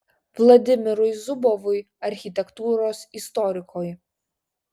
vladimirui zubovui architektūros istorikui